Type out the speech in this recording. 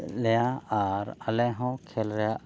ᱞᱮᱭᱟ ᱟᱨ ᱟᱞᱮ ᱦᱚᱸ ᱠᱷᱮᱞ ᱨᱮᱭᱟᱜ